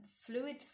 fluid